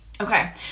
okay